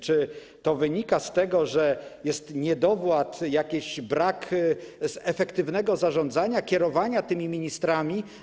Czy to wynika z tego, że jest niedowład, jakiś brak efektywnego zarządzania, kierowania tymi ministrami?